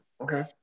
Okay